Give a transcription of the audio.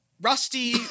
Rusty